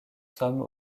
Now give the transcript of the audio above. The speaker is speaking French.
sommes